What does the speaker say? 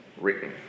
written